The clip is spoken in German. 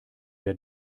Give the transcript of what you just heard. der